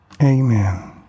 Amen